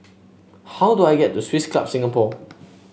how do I get to Swiss Club Singapore